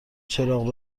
چراغ